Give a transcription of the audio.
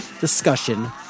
discussion